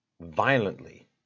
violently